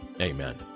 Amen